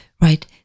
right